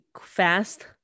fast